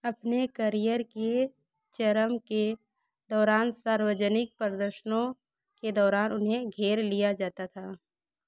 अपने करियर के चरम के दौरान सार्वजनिक प्रदर्शनों के दौरान उन्हें घेर लिया जाता था